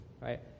right